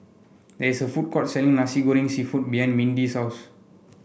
there is a food court selling Nasi Goreng seafood behind Mindi's house